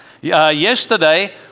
Yesterday